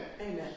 Amen